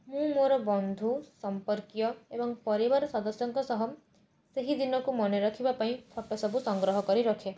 ମୁଁ ମୋର ବନ୍ଧୁ ସମ୍ପର୍କୀୟ ଏବଂ ପରିବାର ସଦସ୍ୟଙ୍କ ସହ ସେହି ଦିନକୁ ମନେରଖିବା ପାଇଁ ଫଟୋ ସବୁ ସଂଗ୍ରହକରି ରଖେ